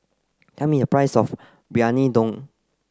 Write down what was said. tell me the price of Briyani Dum